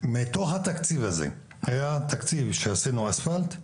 מתוך התקציב הזה היה תקציב שעשינו אספלט,